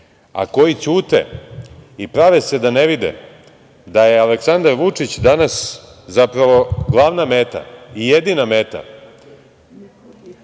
koji ćute i prave se da ne vide, da je Aleksandar Vučić danas, zapravo glavna meta i jedina meta,